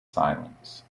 silence